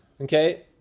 Okay